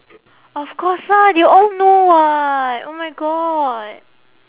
of course lah they all know [what] oh my god